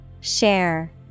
Share